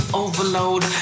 overload